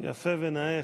יפה ונאה.